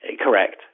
Correct